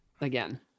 again